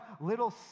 little